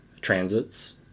transits